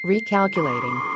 Recalculating